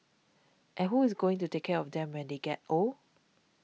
and who is going to take care of them when they get old